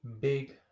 big